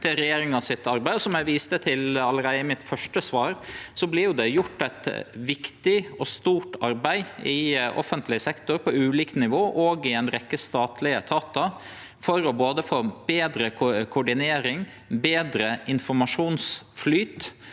til regjeringa sitt arbeid. Som eg viste til allereie i mitt første svar, vert det gjort eit viktig og stort arbeid i offentleg sektor, på ulike nivå og i ei rekkje statlege etatar, for både betre koordinering og betre informasjonsflyt.